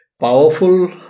powerful